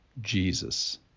Jesus